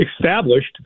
established